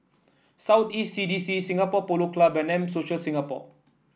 South East C D C Singapore Polo Club and M Social Singapore